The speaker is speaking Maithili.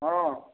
हँ